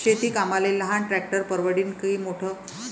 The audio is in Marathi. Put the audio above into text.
शेती कामाले लहान ट्रॅक्टर परवडीनं की मोठं?